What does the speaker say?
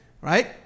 Right